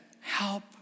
Help